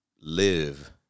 live